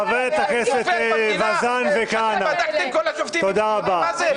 חברי הכנסת וזאן וכהנא, תודה רבה.